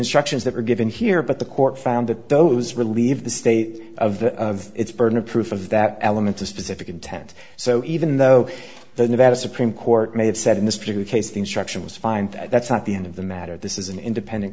instructions that were given here but the court found that those relieve the state of the of its burden of proof of that element to specific intent so even though the nevada supreme court may have said in this particular case the instruction was find that's not the end of the matter this is an independent